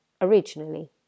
originally